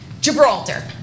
Gibraltar